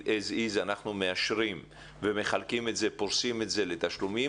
as-is אנחנו מאשרים ופורסים את זה לתשלומים,